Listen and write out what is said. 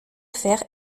faire